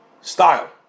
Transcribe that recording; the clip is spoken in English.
style